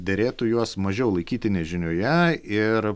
derėtų juos mažiau laikyti nežinioje ir